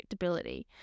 predictability